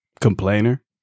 complainer